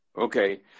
Okay